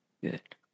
Good